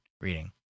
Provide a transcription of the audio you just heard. reading